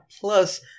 Plus